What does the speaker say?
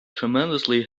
tremendously